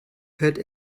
hört